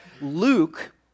Luke